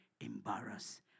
embarrassed